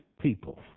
people